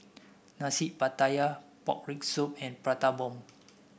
Nasi Pattaya Pork Rib Soup and Prata Bomb